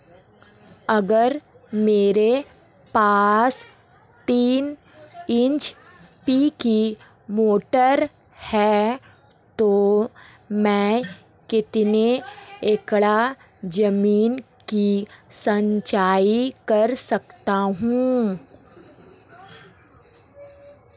अगर मेरे पास तीन एच.पी की मोटर है तो मैं कितने एकड़ ज़मीन की सिंचाई कर सकता हूँ?